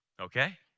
okay